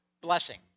blessing